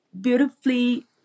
beautifully